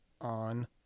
on